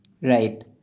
Right